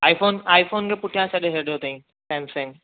आई phone iPhone खे पुठिया छॾियो ताईं सैमसंग